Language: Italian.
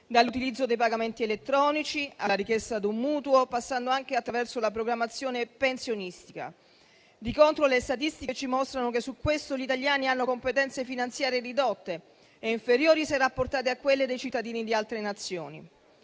dall'utilizzo dei pagamenti elettronici alla richiesta di un mutuo, passando attraverso la programmazione pensionistica. Di contro, le statistiche ci mostrano che su questo gli italiani hanno competenze finanziarie ridotte e inferiori, se rapportate a quelle dei cittadini di altre Nazioni.